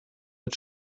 mit